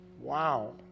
Wow